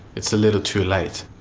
it's a little too late.